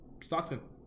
Stockton